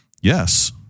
yes